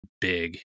big